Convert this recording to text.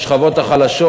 בשכבות החלשות,